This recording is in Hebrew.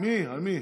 על מי?